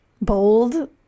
bold